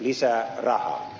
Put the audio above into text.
lisää rahaa